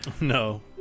No